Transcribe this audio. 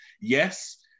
Yes